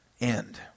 end